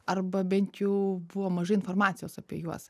arba bent jau buvo mažai informacijos apie juos